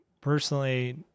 personally